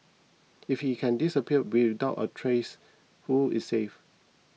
if he can disappear without a trace who is safe